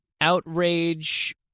outrage